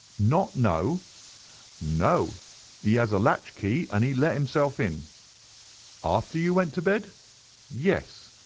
not know no he has a latch-key, and he let himself in after you went to bed yes.